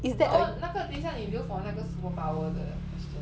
no 那个等一下你留 for 那个 superpower 的 question